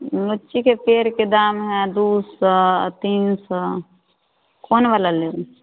लुच्चीके पेड़के दाम हइ दुइ सओ तीन सओ कोनवला लेब